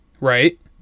right